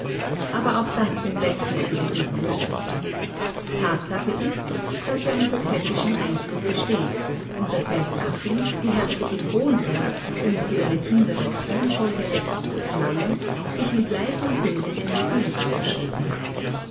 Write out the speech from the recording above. aber auch das sind letzten endes nur vermutungen tatsache ist daß er unter pfäffischem einflusse steht und daß seine gattin die herzogin hohenberg um für ihre kinder das thronfolgerecht zu erlangen sich mit leib und seele den jesuiten verschrieben hat